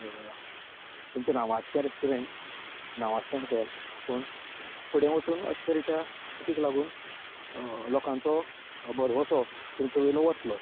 तुमचें नांवांजतें रेस्टोरेंट नांवांजतें हॉटेल पूण फुडें वचून अशे तरेच्या चुकींक लागून लोकांचो बरवंसो तुमचे वेलो वतलो